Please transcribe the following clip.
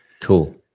cool